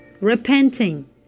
Repenting